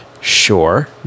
Sure